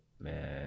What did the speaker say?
man